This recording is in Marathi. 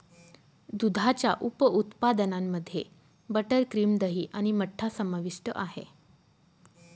दुधाच्या उप उत्पादनांमध्ये मध्ये बटर, क्रीम, दही आणि मठ्ठा समाविष्ट आहे